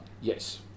Yes